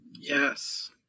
yes